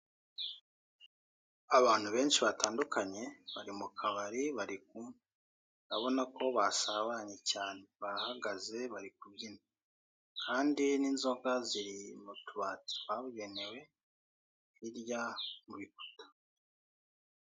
Abantu benshi batandukanye bari mu kabari bari kunywa. Urabona ko basabanye cyane barahagaze bari kubyina. Kandi n'inzoga ziri mu tubati twabugenewe hirya mu bikuta.